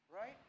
Right